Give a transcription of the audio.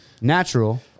natural